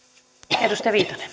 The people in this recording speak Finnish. arvoisa